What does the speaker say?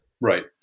Right